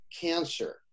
cancer